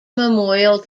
memorial